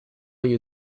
you